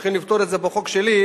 אנחנו הולכים לפתור את זה בחוק שלי,